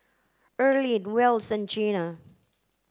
Erlene Wells and Gina